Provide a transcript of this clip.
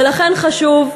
ולכן חשוב,